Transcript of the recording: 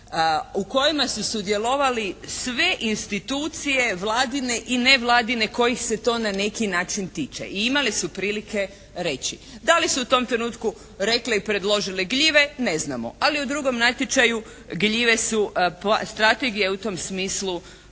u kojima su sudjelovale svi institucije vladine i nevladine kojih se to na neki način tiče i imale su prilike reći. Da li su u tom trenutku rekle i predložile gljive, ne znamo, ali u drugom natječaju gljive su, strategija je u tom smislu